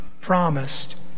promised